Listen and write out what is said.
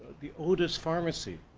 the oldest pharmacy,